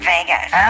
Vegas